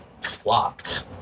flopped